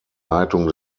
leitung